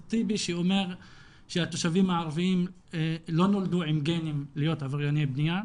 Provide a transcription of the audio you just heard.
טיבי שאומר שהתושבים הערביים לא נולדו עם גנים להיות עברייני בנייה,